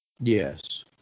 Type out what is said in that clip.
Yes